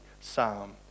Psalm